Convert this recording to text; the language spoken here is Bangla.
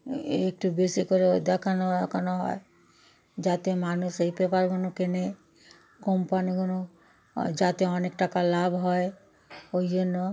একটু বেশি করে দেখানো ম্যাখানো হয় যাতে মানুষ এই পেপারগুনো কেনে কোম্পানিগুনো যাতে অনেক টাকা লাভ হয় ওই জন্য